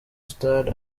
star